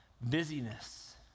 Busyness